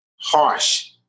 harsh